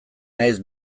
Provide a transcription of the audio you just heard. naiz